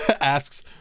Asks